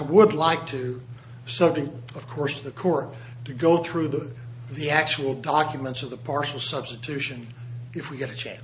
would like to subject of course the core to go through the the actual documents of the partial substitution if we get a chance